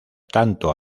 tanto